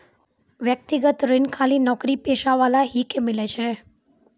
व्यक्तिगत ऋण खाली नौकरीपेशा वाला ही के मिलै छै?